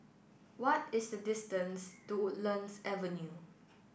what is the distance to Woodlands Avenue